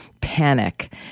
panic